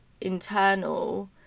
internal